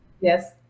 Yes